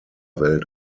welt